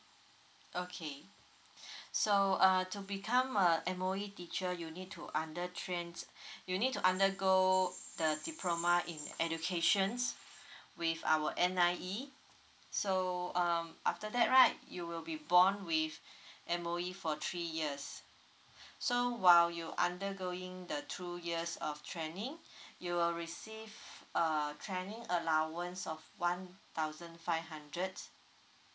okay so uh to become a M_O_E teacher you need to under train you need to undergo the diploma in education with our N_I_E so um after that right you will be bond with M_O_E for three years so while you undergoing the two years of training you will receive a training allowance of one thousand five hundred